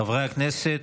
חברי הכנסת,